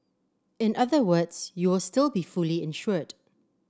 in other words you will still be fully insured